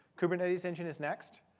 kubernetes engine is next.